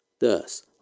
Thus